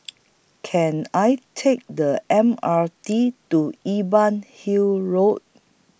Can I Take The M R T to Imbiah Hill Road